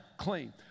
clean